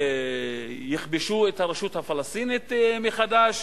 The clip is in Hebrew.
יכבשו את הרשות הפלסטינית מחדש?